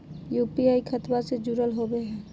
UPI खतबा से जुरल होवे हय?